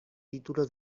título